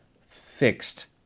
fixed